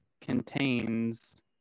contains